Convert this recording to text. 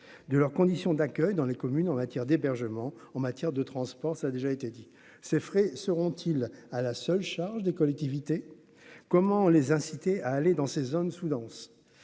de leurs conditions d'accueil dans les communes en matière d'hébergement en matière de transport, ça a déjà été dit ces frais seront-ils à la seule charge des collectivités, comment les inciter à aller dans ces zones sous-denses,